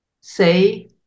say